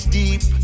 deep